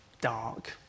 dark